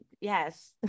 Yes